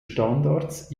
standards